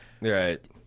Right